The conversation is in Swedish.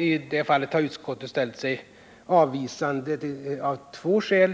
I det fallet har utskottet ställt sig avvisande av två skäl,